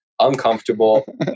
uncomfortable